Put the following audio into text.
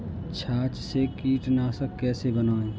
छाछ से कीटनाशक कैसे बनाएँ?